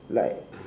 like